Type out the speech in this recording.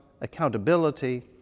accountability